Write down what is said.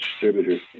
Distributor